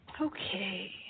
Okay